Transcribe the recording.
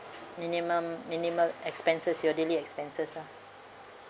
uh minimum minimum uh expenses your daily expenses lah